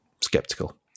skeptical